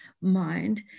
mind